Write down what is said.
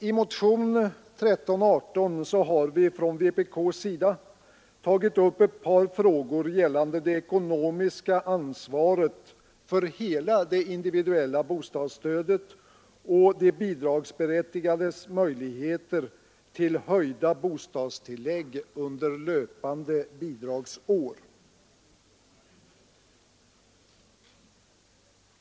I motionen 1318 har vi från vpk:s sida tagit upp ett par frågor gällande det ekonomiska ansvaret för hela det individuella bostadsstödet och de bidragsberättigades möjligheter till höjda bostadstillägg under löpande bidragsår.